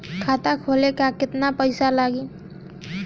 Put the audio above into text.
खाता खोले ला केतना पइसा लागी?